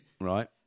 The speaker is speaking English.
right